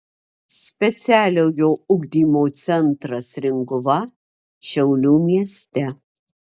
specialiojo ugdymo centras ringuva šiaulių mieste